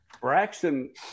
Braxton